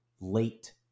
late